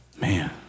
Man